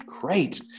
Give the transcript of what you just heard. Great